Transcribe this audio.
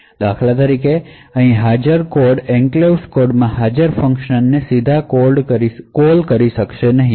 ઉદાહરણ તરીકે અહીં હાજર કોડ એન્ક્લેવ્સ કોડમાં હાજર ફંક્શન ને સીધા જ કોલ કરી શકશે નહીં